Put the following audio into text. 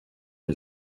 wir